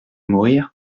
mourir